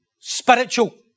spiritual